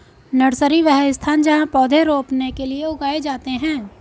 nursery, वह स्थान जहाँ पौधे रोपने के लिए उगाए जाते हैं